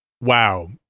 Wow